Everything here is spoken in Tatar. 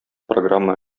программа